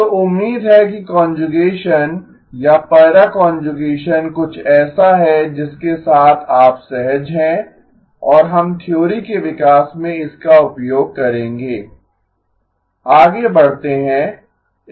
तो उम्मीद है कि कांजुगेसन या पैरा कांजुगेसन कुछ ऐसा है जिसके साथ आप सहज हैं और हम थ्योरी के विकास में इसका उपयोग करेंगे आगे बढतें हैं